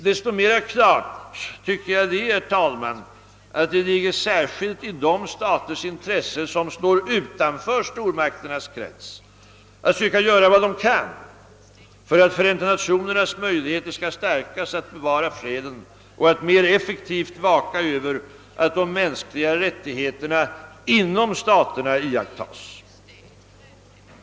Desto mer klart tycker jag det är, herr talman, att det ligger särskilt i de staters intressen, som står utanför stormakternas krets, att söka göra vad de kan för att stärka Förenta Nationernas möjligheter att bevara freden och att mer effektivt vaka över att de mänskliga rättigheterna inom staterna iakttages.